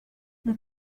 mon